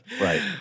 right